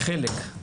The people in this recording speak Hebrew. חלק.